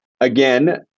again